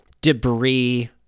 debris